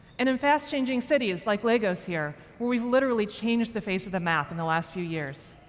and in fast-changing cities, like lagos here, where we've literally changed the face of the map in the last few years.